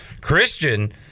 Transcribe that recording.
christian